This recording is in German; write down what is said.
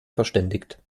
verständigt